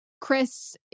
chris